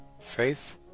Faith